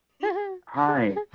Hi